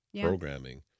programming